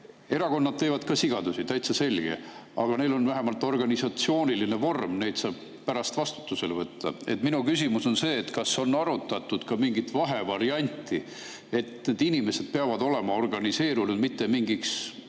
Erakonnad teevad ka sigadusi, täitsa selge, aga neil on vähemalt organisatsiooniline vorm, neid saab pärast vastutusele võtta. Minu küsimus on see. Kas on arutatud ka mingit vahevarianti, et need inimesed peavad olema organiseerunud mitte mingiks